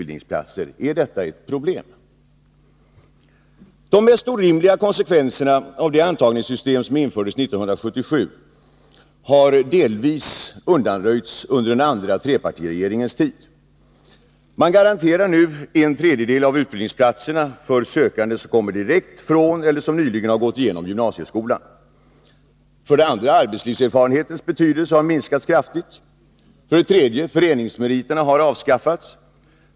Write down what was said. De mest orimliga konsekvenserna av det antagningssystem som infördes 1977 har delvis undanröjts under den andra trepartiregeringens tid. För det första garanterar man nu att en tredjedel av utbildningsplatserna skall tillkomma sökande som kommer direkt från eller som nyligen har gått igenom gymnasieskolan. För det andra har arbetslivserfarenhetens betydelse minskat kraftigt. För det tredje har föreningsmeriterna avskaffats.